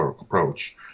approach